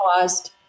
paused